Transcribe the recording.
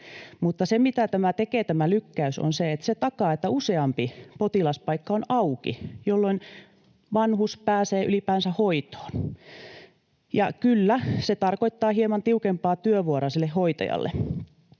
Mutta se, mitä tämä lykkäys tekee, on se, että se takaa, että useampi potilaspaikka on auki, jolloin vanhus pääsee ylipäänsä hoitoon. Ja kyllä, se tarkoittaa hieman tiukempaa työvuoroa sille hoitajalle,